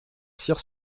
cyr